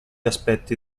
aspetti